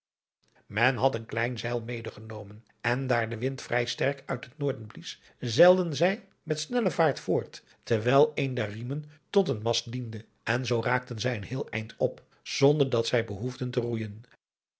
men had een klein zeil mede genomen en daar de wind vrij sterk uit het noorden blies zeilden zij met snelle vaart voort terwijl een der riemen tot een mast diende en zoo raakten zij een heel eind op zonder dat zij behoefden te roeijen